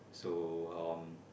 so um